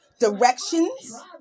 directions